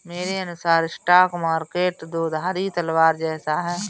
मेरे अनुसार stock market दो धारी तलवार जैसा है